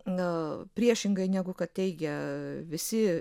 a priešingai negu kad teigia visi